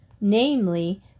namely